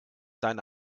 deine